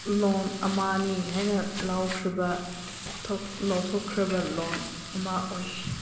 ꯂꯣꯟ ꯑꯃꯅꯤ ꯍꯥꯏꯅ ꯂꯧꯈ꯭ꯔꯕ ꯂꯥꯎꯊꯣꯛꯈ꯭ꯔꯕ ꯂꯣꯟ ꯑꯃ ꯑꯣꯏ